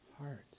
heart